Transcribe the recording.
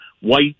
White